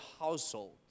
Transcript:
household